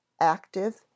Active